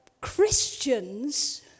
Christians